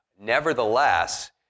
nevertheless